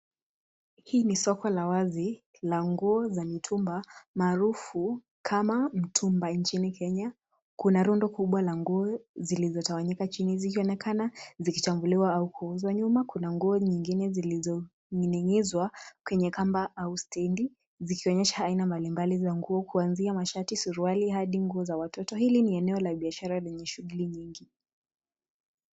Hii ni soko la wazi la nguo za mitumba maarufu kama mtumba nchini Kenya. Kuna rundo kubwa la nguo zilizotawanyika chini, zikionekana zikichaguliwa au kuuzwa. Nyuma kuna nguo nyingine zilizoning'inizwa kwenye kamba au stendi zikionyesha aina mbalimbali za nguo kunzia mashati, suruali hadi nguo za watoto. Hili ni eneo la biashara lenye shughuli nyingi.